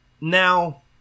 Now